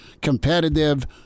competitive